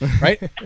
right